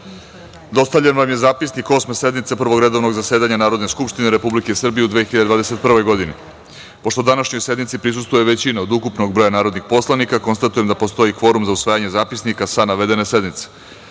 vam je zapisnik Osme sednice Prvog redovnog zasedanja Narodne skupštine Republike Srbije u 2021. godini. Pošto današnjoj sednici prisustvuje većina od ukupnog broja narodnih poslanika, konstatujem da postoji kvorum za usvajanje zapisnika sa navedene